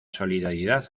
solidaridad